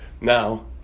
Now